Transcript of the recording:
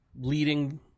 Leading